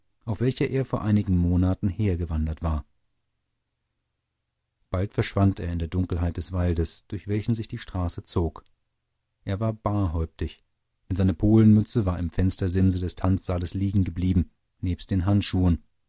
auf welcher er vor einigen monaten hergewandert war bald verschwand er in der dunkelheit des waldes durch welchen sich die straße zog er war barhäuptig denn seine polenmütze war im fenstersimse des tanzsaales liegengeblieben nebst den handschuhen